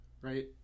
right